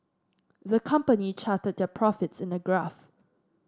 the company charted their profits in a graph